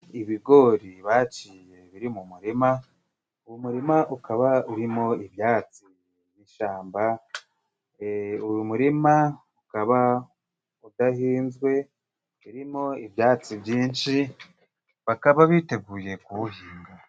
Ibigori baciye biri mu murima, uwo murima ukaba urimo ibyatsi n'ishamba, uyu murima ukaba udahinzwe urimo ibyatsi byinshi, bakaba biteguye kuwuhinga.